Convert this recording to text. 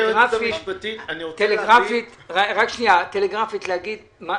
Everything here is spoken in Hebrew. טלגרפית להגיד מה